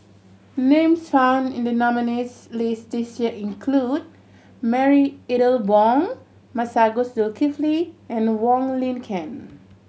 names found in the nominees' list this year include Marie Ethel Bong Masagos Zulkifli and Wong Lin Ken